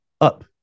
up